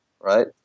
right